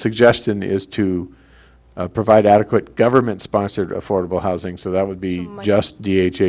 suggestion is to provide adequate government sponsored affordable housing so that would be just d h